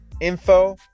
info